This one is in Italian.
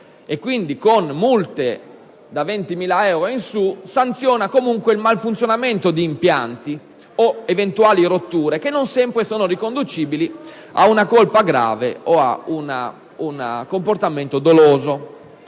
e quindi, con multe da 20.000 euro in su, sanziona comunque il malfunzionamento di impianti o eventuali rotture che non sempre sono riconducibili ad una colpa grave o ad un comportamento doloso.